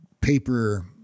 paper